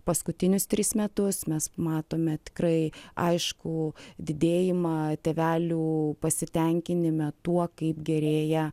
paskutinius tris metus mes matome tikrai aiškų didėjimą tėvelių pasitenkinime tuo kaip gerėja